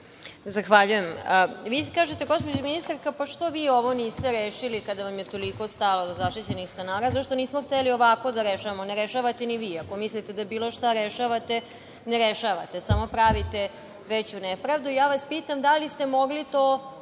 Zahvaljujem. Vi kažete, gospođo ministarka, pa što vi ovo niste rešili, kada vam je toliko stalo do zaštićenih stanara. Zato što nismo hteli ovako da rešavamo. Ne rešavate ni vi. Ako mislite da bilo šta rešavate, ne rešavate, samo pravite veću nepravdu. Pitam vas, da li ste mogli to